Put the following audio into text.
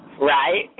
Right